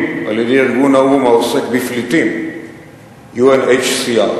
על-ידי ארגון האו"ם העוסק בפליטיםUNHC .